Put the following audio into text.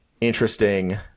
interesting